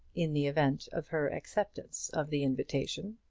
in the event of her acceptance of the invitation.